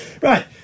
Right